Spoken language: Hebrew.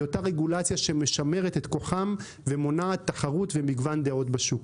היא אותה רגולציה שמשמרת את כוחם ומונעת תחרות ומגוון דעות בשוק.